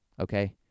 okay